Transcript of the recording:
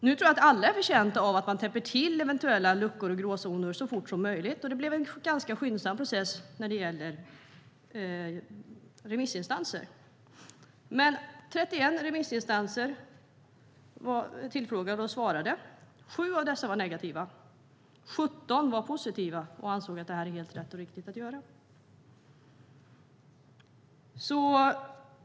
Nu tror jag att alla är betjänta av att man täpper till eventuella luckor och gråzoner så fort som möjligt. Och det blev en ganska skyndsam process när det gäller remissinstanser. Det var 31 remissinstanser som tillfrågades och svarade. 7 av dessa var negativa. 17 var positiva och ansåg att det här är helt rätt och riktigt att göra.